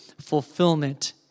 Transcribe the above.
fulfillment